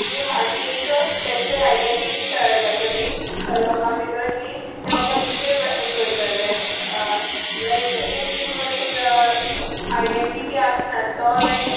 की म्हजी एक स्पेशियल आयडेंटीटी तयार जातली लोकां भितर की ते बाबा दुसरे भशेन पळयतले एक वीक मनीस आयडेंटीटी आसना तो लायक